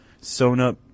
sewn-up